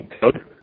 code